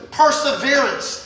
perseverance